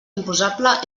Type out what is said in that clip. imposable